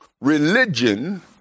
religion